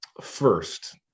First